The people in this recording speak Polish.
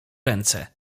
ręce